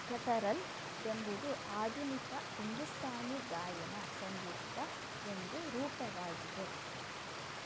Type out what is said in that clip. guttural ಎಂಬುದು ಆಧುನಿಕ ಹಿಂದೂಸ್ತಾನಿ ಗಾಯನ ಸಂಗೀತದ ಒಂದು ರೂಪವಾಗಿದೆ